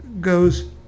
goes